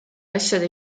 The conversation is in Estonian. asjade